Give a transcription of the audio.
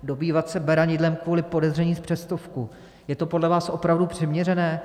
Dobývat se beranidlem kvůli podezření z přestupku je to podle vás opravdu přiměřené?